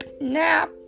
nap